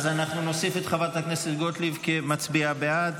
אז אנחנו נוסיף את חברת הכנסת גוטליב כמצביעה בעד.